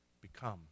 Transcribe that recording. become